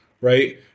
right